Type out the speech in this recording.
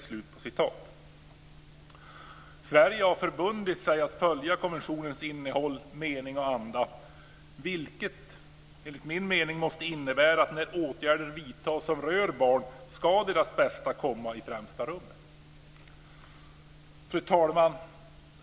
Sverige har förbundit sig att följa konventionens innehåll, mening och anda, vilket enligt min mening måste innebära att när åtgärder vidtas som rör barn ska deras bästa alltid komma i främsta rummet. Fru talman!